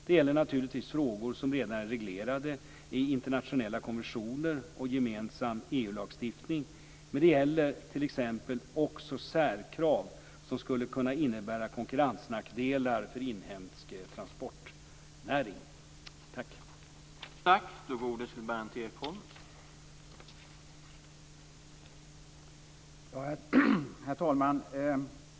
Det gäller naturligtvis frågor som redan är reglerade i internationella konventioner och gemensam EU-lagstiftning, men det gäller t.ex. också särkrav som skulle kunna innebära konkurrensnackdelar för inhemsk transportnäring.